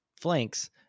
flanks